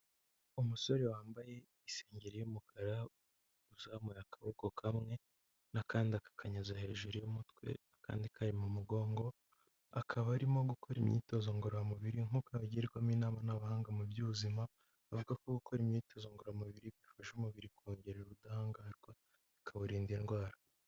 Umusore wambaye isengeri y'umukara uzamuye akaboko kamwe n'akandi akakanyuza hejuru y'umutwe, akandi kari mu mugongo, akaba arimo gukora imyitozo ngororamubiri nk'uko abagirwamo inama n'abahanga mu by'ubuzima, bavuga ko gukora imyitozo ngororamubiri bifasha umubiri kongera ubudahangarwa bikawurinda indwara.